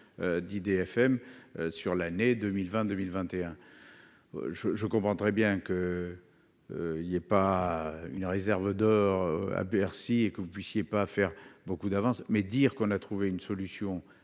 d'IDFM en 2020-2021. Je comprends très bien que vous n'ayez pas de réserve d'or à Bercy et que vous ne puissiez pas faire beaucoup d'avance, mais de là à dire qu'on a trouvé une solution